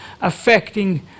affecting